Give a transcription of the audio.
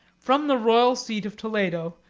from the royal seat of toledo,